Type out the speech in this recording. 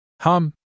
Hum